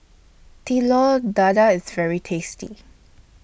Telur Dadah IS very tasty